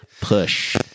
Push